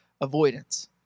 avoidance